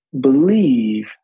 Believe